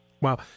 Wow